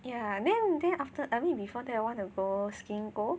ya and then then after I mean before that want to go SkinGO